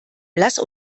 lass